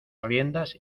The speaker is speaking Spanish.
riendas